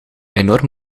enorm